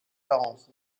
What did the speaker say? parents